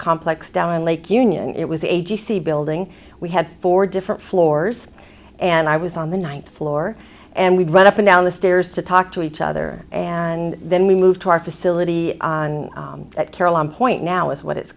complex down in lake union it was a g c building we had four different floors and i was on the ninth floor and we'd run up and down the stairs to talk to each other and then we moved to our facility at carillon point now is what it's